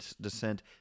descent